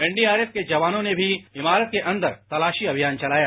NDRF के जवानों ने भी इमारत के अंदर तलाशी अभियान चलाया